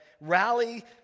rally